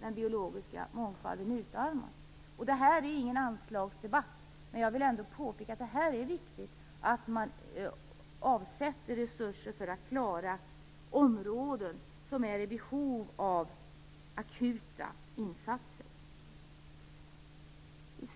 Den biologiska mångfalden utarmas. Denna debatt är inte en anslagsdebatt. Jag vill ändå peka på att det är viktigt att resurser avsätts för att klara områden som är i behov av akuta insatser.